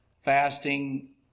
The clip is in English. Fasting